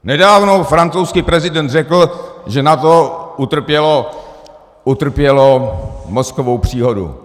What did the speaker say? Nedávno francouzský prezident řekl, že NATO utrpělo mozkovou příhodu.